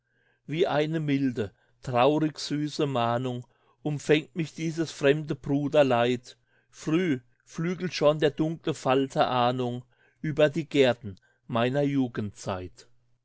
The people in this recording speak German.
wie eine milde traurigsüße mahnung umfängt mich dieses fremde bruderleid früh flügelt schon der dunkle falter ahnung über die gärten meiner jugendzeit